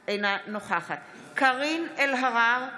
אינו נוכח אריה מכלוף דרעי,